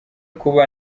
kuba